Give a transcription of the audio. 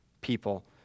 people